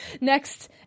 next